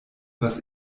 was